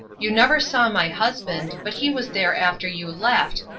you never saw my husband, but he was there after you left,